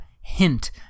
hint